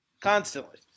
constantly